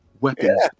weapons